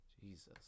Jesus